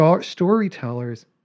storytellers